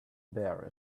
bear